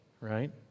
right